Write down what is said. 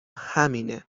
همینه